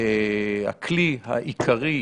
הכלי העיקרי,